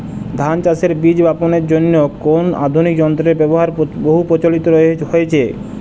ধান চাষের বীজ বাপনের জন্য কোন আধুনিক যন্ত্রের ব্যাবহার বহু প্রচলিত হয়েছে?